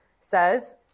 says